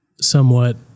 somewhat